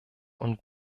und